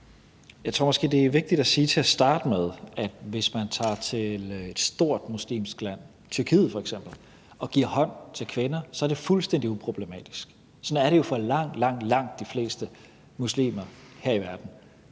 Jeg tror måske, det er vigtigt at sige til at starte med, at hvis man tager til et stort muslimsk land, Tyrkiet f.eks., og giver hånd til kvinder, så er det fuldstændig uproblematisk. Sådan er det jo for langt, langt de fleste muslimer her i verden